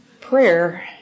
Prayer